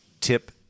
tip